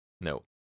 No